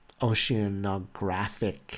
Oceanographic